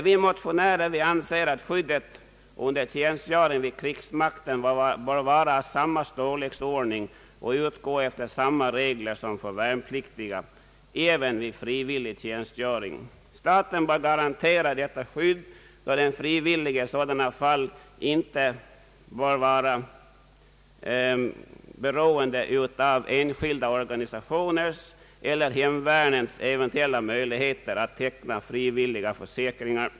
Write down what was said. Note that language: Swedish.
Vi motionärer anser att skyddet under tjänstgöring vid krigsmakten bör vara av samma storleksordning och utgå efter samma regler som för värnpliktiga även vid frivillig tjänstgöring. Staten bör garantera detta skydd då den frivillige i sådana fall inte bör vara beroende av enskilda organisationers eller hemvärnets eventuella möjligheter att teckna kollektiva försäkringar.